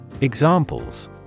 Examples